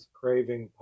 craving